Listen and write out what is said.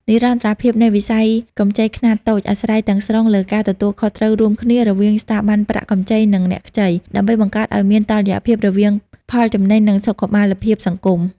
និរន្តរភាពនៃវិស័យកម្ចីខ្នាតតូច អាស្រ័យទាំងស្រុងលើការទទួលខុសត្រូវរួមគ្នារវាងស្ថាប័នផ្តល់កម្ចី និងអ្នកខ្ចី ដើម្បីបង្កើតឱ្យមានតុល្យភាពរវាងផលចំណេញ និងសុខុមាលភាពសង្គម។